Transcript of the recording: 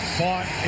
fought